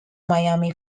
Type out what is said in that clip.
miami